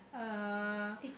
uh